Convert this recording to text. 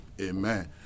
Amen